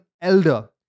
elder